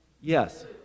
Yes